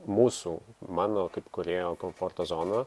mūsų mano kaip kūrėjo komforto zoną